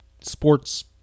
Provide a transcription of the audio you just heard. sports